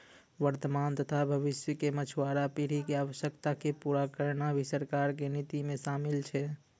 वर्तमान तथा भविष्य के मछुआरा पीढ़ी के आवश्यकता क पूरा करना भी सरकार के नीति मॅ शामिल छै